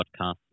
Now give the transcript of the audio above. podcast